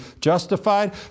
justified